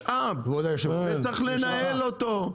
משאב, וצריך לנהל אותו.